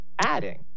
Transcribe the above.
adding